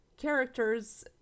Characters